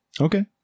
Okay